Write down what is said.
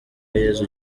yezu